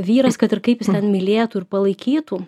vyras kad ir kaip jis ten mylėtų ir palaikytų